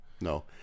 no